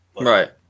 Right